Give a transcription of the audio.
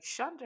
Shonda